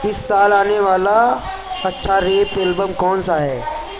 اس سال آنے والا اَچّھا ریپ ایلبم کون سا ہے